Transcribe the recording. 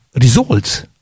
results